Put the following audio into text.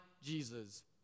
Jesus